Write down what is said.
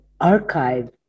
archive